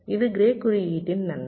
இது க்ரே குறியீட்டின் நன்மை